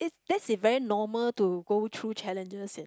that is very normal to go through challenges and